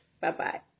Bye-bye